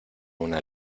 una